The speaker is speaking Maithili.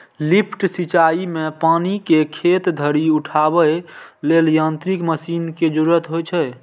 लिफ्ट सिंचाइ मे पानि कें खेत धरि उठाबै लेल यांत्रिक मशीन के जरूरत होइ छै